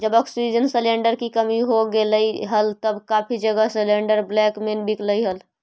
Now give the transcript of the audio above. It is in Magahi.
जब ऑक्सीजन सिलेंडर की कमी हो गईल हल तब काफी जगह सिलेंडरस ब्लैक में बिकलई हल